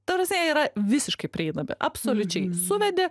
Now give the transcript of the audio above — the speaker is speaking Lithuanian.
ta prasme jie yra visiškai prieinami absoliučiai suvedi